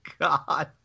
God